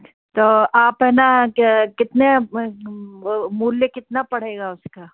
तो आप है ना क्या कितने वह मूल्य कितना पड़ेगा उसका